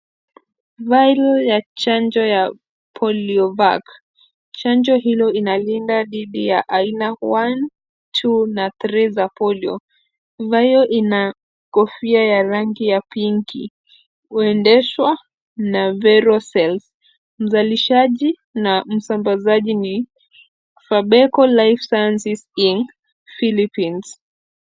Vail ya chanjo ya PolioVac. Chanjo hilo linalinda dhidi ya aina ya one, two na three za Polio . Vail hiyo ina kofia ya rangi ya pinki. Huendeshwa na verocells .Mzalishaji na msambazaji ni Phabeko Life Ssiences. inc Philipines.